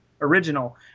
original